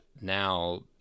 now